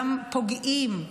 גם פוגעים,